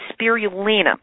spirulina